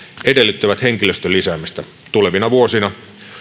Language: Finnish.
edellyttävät henkilöstön lisäämistä tulevina vuosina